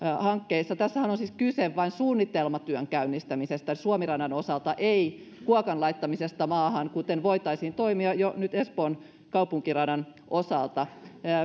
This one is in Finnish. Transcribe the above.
hankkeissa tässähän on siis kyse vain suunnitelmatyön käynnistämisestä suomi radan osalta ei kuokan laittamisesta maahan kuten voitaisiin toimia jo nyt espoon kaupunkiradan osalta